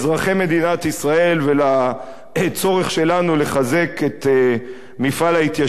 מדינת ישראל ולצורך שלנו לחזק את מפעל ההתיישבות.